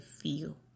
feel